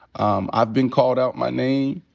um i've been called out my name.